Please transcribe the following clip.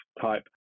type